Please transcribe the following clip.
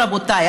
רבותיי,